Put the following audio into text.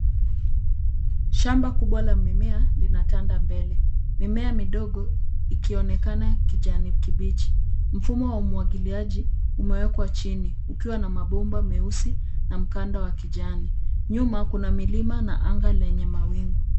Shamba kubwa la mimea linatanda mbele, mimea midogo ikionekana, kijani kibichi. Mfumo wa umwagiliaji umewekwa chini, ukiwa na mabomba meusi na mkanda wa kijani. Nyuma, kuna milima na anga lenye mawingu.